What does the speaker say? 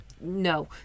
No